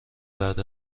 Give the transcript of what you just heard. بعد